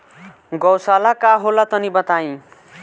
गौवशाला का होला तनी बताई?